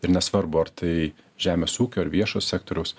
ir nesvarbu ar tai žemės ūkio ar viešo sektoriaus